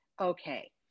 okay